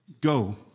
Go